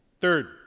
Third